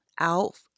out